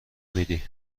میدی